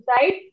right